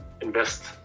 invest